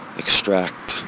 extract